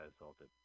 assaulted